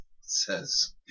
says